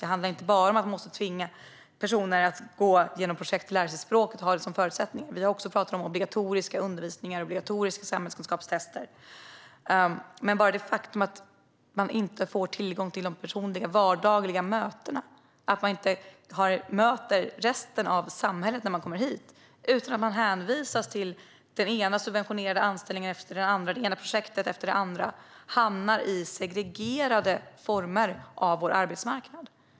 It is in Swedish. Det handlar inte bara om att man måste tvinga människor att gå igenom projekt och lära sig språket och ha det som förutsättning. Vi har också talat om obligatorisk undervisning och obligatoriska samhällskunskapstester. Men bara det faktum att man inte får tillgång till de personliga, vardagliga mötena - att man inte möter resten av samhället när man kommer hit utan hänvisas till den ena subventionerade anställningen efter den andra och det ena projektet efter det andra - gör att man hamnar i segregerade former av vår arbetsmarknad.